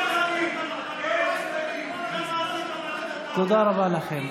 תודה רבה לכם.